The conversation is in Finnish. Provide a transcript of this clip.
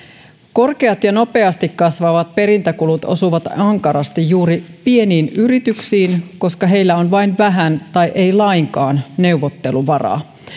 korkeat ja nopeasti kasvavat perintäkulut osuvat ankarasti juuri pieniin yrityksiin koska heillä on vain vähän tai ei ole lainkaan neuvotteluvaraa